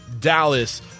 Dallas